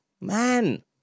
man